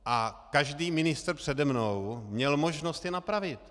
A každý ministr přede mnou měl možnost je napravit.